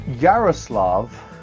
Yaroslav